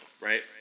right